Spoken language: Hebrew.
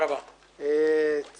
לרבות הוועדה שאחמד ביקש.